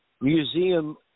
museum